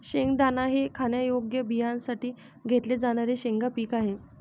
शेंगदाणा हे खाण्यायोग्य बियाण्यांसाठी घेतले जाणारे शेंगा पीक आहे